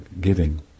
giving